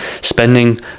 spending